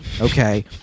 okay